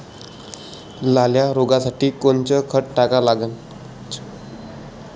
लाल्या रोगासाठी कोनचं खत टाका लागन?